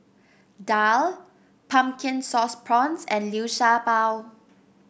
daal Pumpkin Sauce Prawns and Liu Sha Bao